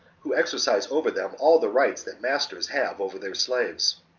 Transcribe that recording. who exercise over them all the rights that masters have over their slaves.